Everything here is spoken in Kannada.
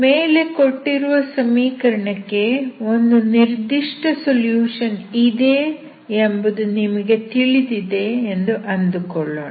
ಮೇಲೆ ಕೊಟ್ಟಿರುವ ಸಮೀಕರಣಕ್ಕೆ ಒಂದು ನಿರ್ದಿಷ್ಟ ಸೊಲ್ಯೂಷನ್ ಇದೆ ಎಂಬುದು ನಿಮಗೆ ತಿಳಿದಿದೆ ಎಂದು ಅಂದುಕೊಳ್ಳೋಣ